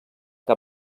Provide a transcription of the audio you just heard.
que